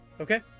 Okay